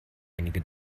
einige